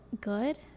good